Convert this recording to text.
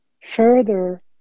further